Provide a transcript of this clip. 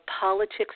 politics